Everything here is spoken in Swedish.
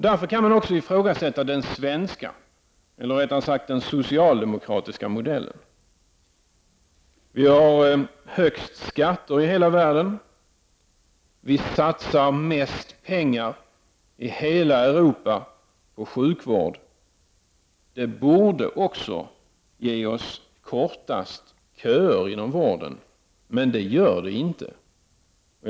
Därför kan den svenska — eller rättare sagt den socialdemokratiska — modellen ifrågasättas. Vi har de högsta skatterna i hela världen. Vi satsar mer pengar än hela Europa i övrigt på sjukvård, Detta borde också ge kortare köer inom vården, men så är inte fallet.